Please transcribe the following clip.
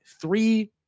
Three